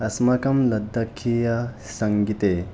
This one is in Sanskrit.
अस्माकं लद्दाकीयसङ्गीते